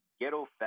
ghetto